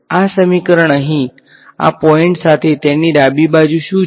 આ સમીકરણ અહીં આ પોઈંટ્સ માટે તેની ડાબી બાજુ શું છે